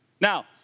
Now